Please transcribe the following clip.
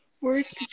work